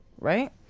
right